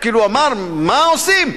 מה עושים?